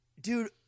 Dude